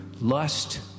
lust